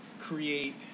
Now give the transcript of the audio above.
create